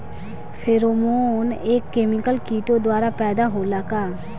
Pheromone एक chemical किटो द्वारा पैदा होला का?